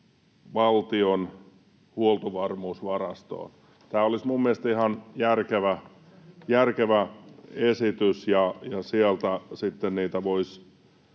valtion huoltovarmuusvarastoon — tämä olisi mielestäni ihan järkevä esitys — ja sieltä sitten niitä